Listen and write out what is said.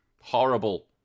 Horrible